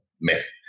myth